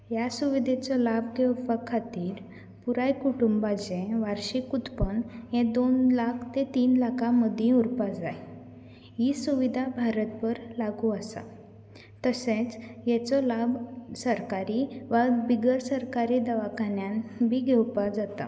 ह्या सुविदेचो लाब घेवपा खातीर पुराय कुटुंबाचें वार्शीक उत्पन्न हें दोन लाख ते तीन लाखां मदीं उरपा जाय ही सुविदा भारतबर लागू आसा तशेंच हाचो लाभ सरकारी वा बिगर सरकारी दवाखान्यांत बी घेवपा जाता